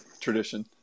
tradition